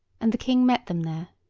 and the king met them there,